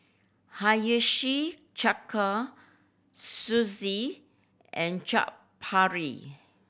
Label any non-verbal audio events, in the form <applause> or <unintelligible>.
Hiyashi <unintelligible> Sushi and Chaat Papri